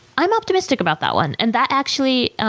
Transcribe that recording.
i'm optimistic about that one. and that actually,